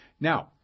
Now